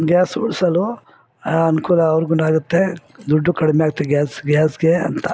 gas ಉಳಿಸಲು ಅನುಕೂಲ ಅವರಿಗೊಂದಾಗತ್ತೆ ದುಡ್ಡು ಕಡಿಮೆಯಾಗತ್ತೆ ಗ್ಯಾಸ್ ಗ್ಯಾಸ್ಗೆ ಅಂತ